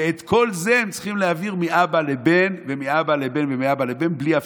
ואת כל זה הם צריכים להעביר מאבא לבן ומאבא לבן ומאבא לבן בלי הפסקה.